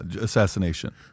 assassination